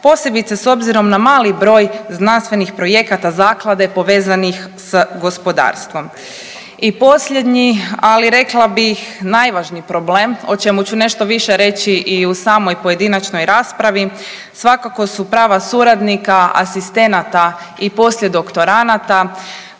posebice s obzirom na mali broj znanstvenih projekata zaklade povezanih s gospodarstvom. I posljednji, ali rekla bih najvažniji problem, o čemu ću nešto više i u samoj pojedinačnoj raspravi, svakako su prava suradnika, asistenata i poslije doktoranata